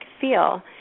feel